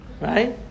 Right